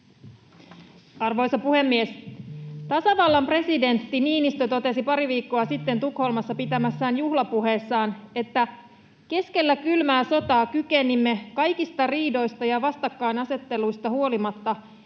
Arvoisa puhemies! Tasavallan presidentti Niinistö totesi pari viikkoa sitten Tukholmassa pitämässään juhlapuheessa, että keskellä kylmää sotaa kykenimme kaikista riidoista ja vastakkainasetteluista huolimatta